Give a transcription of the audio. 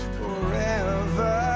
forever